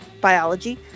biology